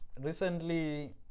recently